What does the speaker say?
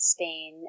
Spain